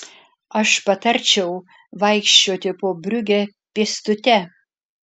aš patarčiau vaikščioti po briugę pėstute